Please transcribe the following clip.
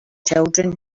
children